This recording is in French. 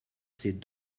ces